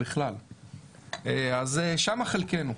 שם חלקנו.